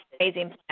Amazing